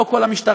לא כל המשטרה,